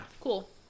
Cool